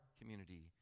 community